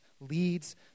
leads